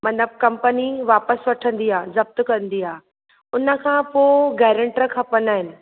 माना कंपनी वापस वठंदी आहे जप्त कंदी आहे उन खां पोइ गेरेंटर खपंदा आहिनि